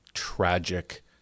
Tragic